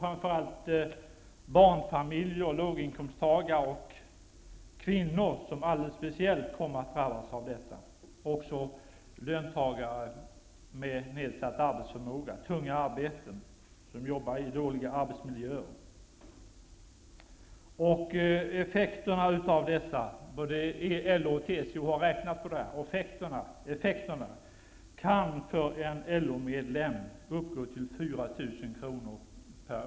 Framför allt barnfamiljer, låginkomsttagare och kvinnor kommer alldeles speciellt att drabbas av detta. Det gäller även löntagare med nedsatt arbetsförmåga som har tunga arbeten och jobbar i dåliga arbetsmiljöer. Både LO och TCO har räknat på detta. Effekterna kan för en LO-medlem uppgå till 4 000 kr./år.